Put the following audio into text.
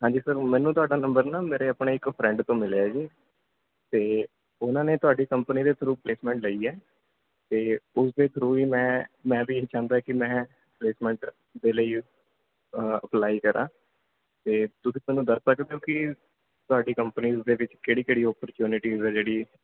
ਹਾਂਜੀ ਸਰ ਮੈਨੂੰ ਤੁਹਾਡਾ ਨੰਬਰ ਨਾ ਮੇਰੇ ਆਪਣੇ ਇੱਕ ਫਰੈਂਡ ਤੋਂ ਮਿਲਿਆ ਜੀ ਅਤੇ ਉਹਨਾਂ ਨੇ ਤੁਹਾਡੀ ਕੰਪਨੀ ਦੇ ਥਰੂ ਪਲੇਸਮੈਂਟ ਲਈ ਹੈ ਅਤੇ ਉਸ ਦੇ ਥਰੂ ਹੀ ਮੈਂ ਮੈਂ ਵੀ ਇਹ ਚਾਹੁੰਦਾ ਕਿ ਮੈਂ ਪਲੇਸਮੈਂਟ ਦੇ ਲਈ ਅਪਲਾਈ ਕਰਾਂ ਅਤੇ ਤੁਸੀਂ ਮੈਨੂੰ ਦੱਸ ਸਕਦੇ ਹੋ ਕਿ ਤੁਹਾਡੀ ਕੰਪਨੀ ਦੇ ਵਿੱਚ ਕਿਹੜੀ ਕਿਹੜੀ ਓਪੋਰਚੁਨਿਟੀਜ ਹੈ ਜਿਹੜੀ